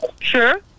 Sure